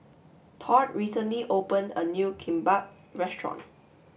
Todd recently opened a new Kimbap restaurant